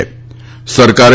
સરકારે